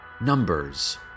numbers